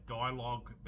dialogue